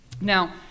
Now